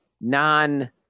non